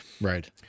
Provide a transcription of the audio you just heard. right